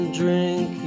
drink